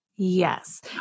Yes